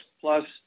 Plus